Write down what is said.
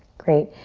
great.